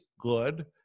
good